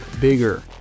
bigger